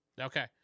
Okay